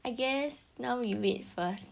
I guess now we wait first